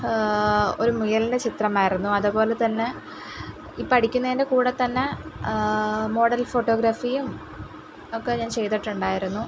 ഒരു മുയലിൻ്റെ ചിത്രമായിരുന്നു അതേപോലെതന്നെ ഈ പഠിക്കുന്നതിന്റെ കൂടെത്തന്നെ മോഡൽ ഫോട്ടോഗ്രാഫിയും ഒക്കെ ഞാൻ ചെയ്തിട്ടുണ്ടായിരുന്നു